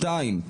שניים,